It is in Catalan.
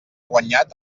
guanyat